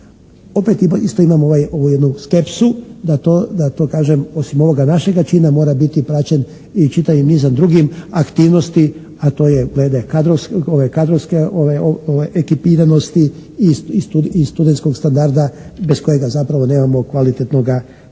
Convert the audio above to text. opet isto imamo ovu jednu skepsu da to, da to kažem osim ovoga našega čina mora biti praćen i čitavim nizom drugim aktivnosti a to je glede kadrovske ekipiranosti i studentskog standarda bez kojega zapravo nemamo kvalitetnoga